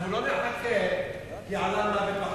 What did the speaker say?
אנחנו לא נחכה, כי עלה המוות לחלוננו,